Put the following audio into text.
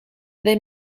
they